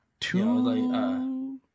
Two